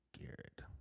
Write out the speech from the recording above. Garrett